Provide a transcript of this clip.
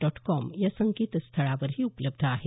dot com या संकेतस्थळावरही उपलब्ध आहे